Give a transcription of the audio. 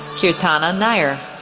keertana nair,